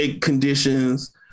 conditions